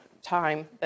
time